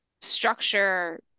structure